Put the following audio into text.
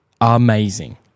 amazing